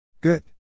Good